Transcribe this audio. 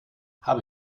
hab